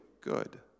good